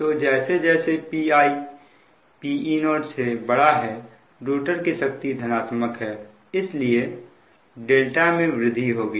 तो जैसे जैसे Pi Pe0 से बड़ा है रोटर की शक्ति धनात्मक है इसलिए δ में वृद्धि होगी